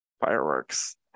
Fireworks